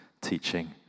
teaching